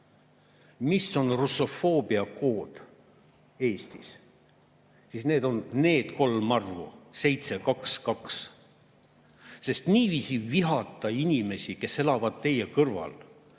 mis on russofoobia kood Eestis, siis see on need kolm arvu: 7, 2, 2. Niiviisi vihata inimesi, kes elavad teie kõrval,